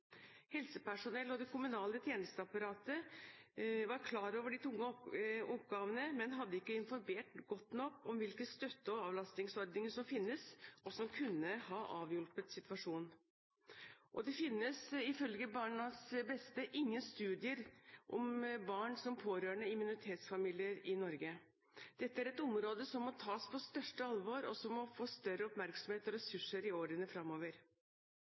Helsepersonell og det kommunale tjenesteapparatet var klar over de tunge oppgavene, men hadde ikke informert godt nok om hvilke støtte- og avlastningsordninger som finnes og som kunne ha avhjulpet situasjonen. Det finnes ifølge BarnsBeste ingen studier om barn som pårørende i minoritetsfamilier i Norge. Dette er et område som må tas på største alvor, og som må komme mer i fokus og få mer ressurser i årene